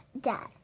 Dad